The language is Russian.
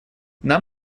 нам